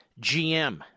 GM